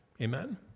Amen